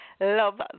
love